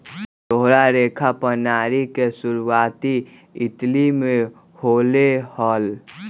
दोहरा लेखा प्रणाली के शुरुआती इटली में होले हल